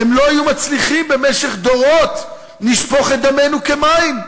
"הם לא היו מצליחים במשך דורות לשפוך את דמנו כמים.